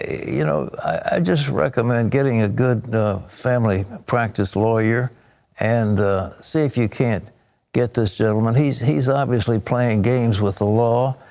you know i just recommend getting a good family practice lawyer and see if you can't get this gentleman. he's he's obviously playing games with the law.